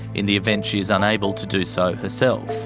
in the event she is unable to do so herself.